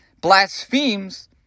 Blasphemes